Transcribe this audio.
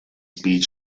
speed